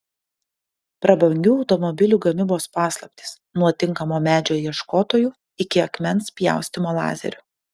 prabangių automobilių gamybos paslaptys nuo tinkamo medžio ieškotojų iki akmens pjaustymo lazeriu